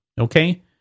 Okay